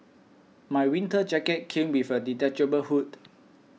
my winter jacket came with a detachable hood